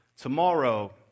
tomorrow